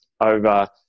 over